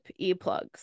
earplugs